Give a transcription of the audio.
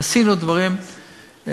עשינו דברים מקלים,